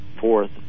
Fourth